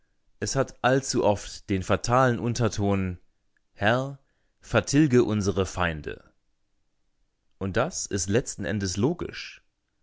es hat allzu oft den fatalen unterton herr vertilge unsere feinde und das ist letzten endes logisch